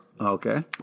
Okay